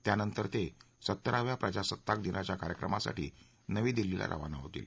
त्यांनतर ते सत्तराव्या प्रजासत्ताक दिनाच्या कार्यक्रमासाठी नवी दिल्लीला रवाना होतील